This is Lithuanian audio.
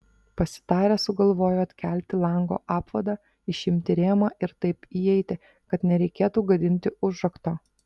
pasitarę sugalvojo atkelti lango apvadą išimti rėmą ir taip įeiti kad nereikėtų gadinti užrakto